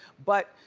but,